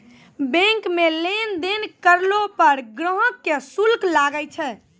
bank मे लेन देन करलो पर ग्राहक के शुल्क लागै छै